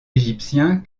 égyptiens